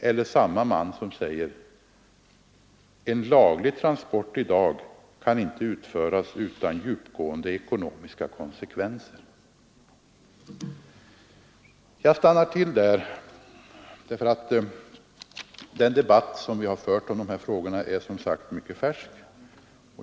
Och samme man säger: En laglig transport i dag kan inte utföras utan djupgående ekonomiska konsekvenser. Jag stannar till där, eftersom den debatt som vi har fört om de här frågorna som sagt är mycket färsk.